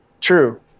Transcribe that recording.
true